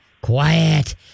quiet